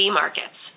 markets